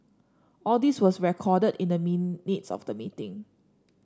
all these was recorded in the minutes of the meeting